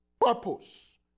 purpose